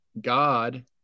God